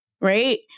Right